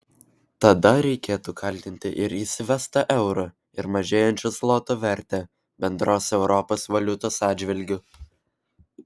tada reikėtų kaltinti ir įsivestą eurą ir mažėjančio zloto vertę bendros europos valiutos atžvilgiu